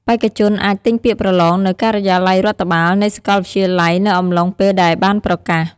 បេក្ខជនអាច ទិញពាក្យប្រឡងនៅការិយាល័យរដ្ឋបាល នៃសាកលវិទ្យាល័យនៅអំឡុងពេលដែលបានប្រកាស។